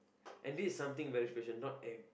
and this something very special not ev~